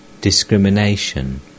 discrimination